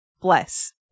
bless